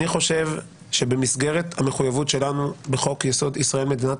אני חושב שבמסגרת המחויבות שלנו בחוק יסוד: ישראל מדינת